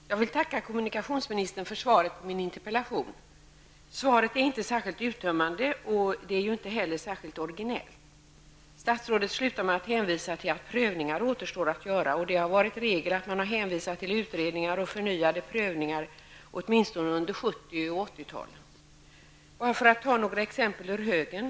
Herr talman! Jag vill tacka kommunikationsministern för svaret på min interpellation. Svaret är inte särskilt uttömmande, och det är ju inte heller särskilt orginellt. Statsrådet avslutar med att hänvisa till att prövningar återstår att göra, och det har under 70 och 80-talen varit regel att man har hänvisat till utredningar och förnyade prövningar. Låt mig ta bara några exempel ur högen.